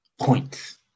points